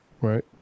Right